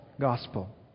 gospel